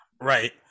right